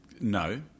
No